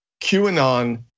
QAnon